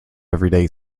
everyday